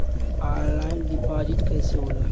Online deposit कैसे होला?